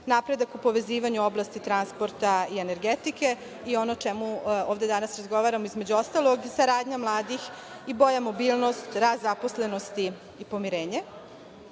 napredak u povezivanju oblasti transporta i energetike i ono o čemu danas ovde razgovaramo, između ostalog, saradnja mladih i bolja mobilnost, rast zaposlenosti i pomirenje. Izuzetno